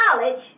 knowledge